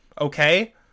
okay